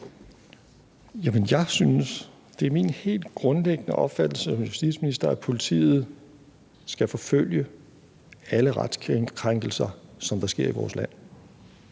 det er min helt grundlæggende opfattelse som justitsminister, at politiet skal forfølge alle retskrænkelser, der sker i vores land;